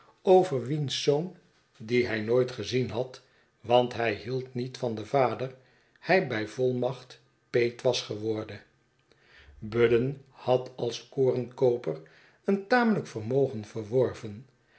over wiens zoon dien hij nooit gezien had want hij hield niet van den vader hij bij volmacht peet was geworden budden had als korenkooper een tamelijk vermogen verworven